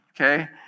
Okay